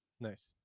nice